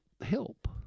help